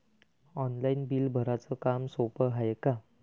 Online bill भराच काम सोपं हाय का?